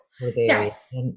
Yes